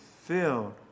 filled